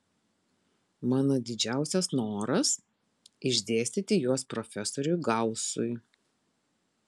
mano didžiausias noras išdėstyti juos profesoriui gausui